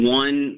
one